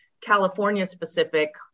California-specific